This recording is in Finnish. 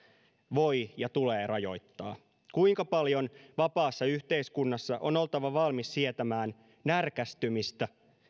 voi ja tulee rajoittaa kuinka paljon vapaassa yhteiskunnassa on oltava valmis sietämään närkästymistä